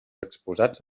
exposats